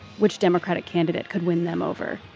which democratic candidate could win them over?